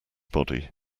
body